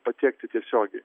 patiekti tiesiogiai